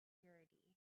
security